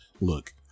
look